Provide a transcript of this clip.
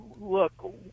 Look